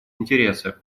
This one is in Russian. интересы